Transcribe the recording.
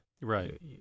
right